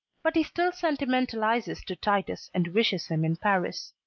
but he still sentimentalizes to titus and wishes him in paris.